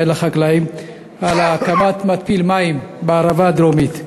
לחקלאים על הקמת מתפיל מים בערבה הדרומית.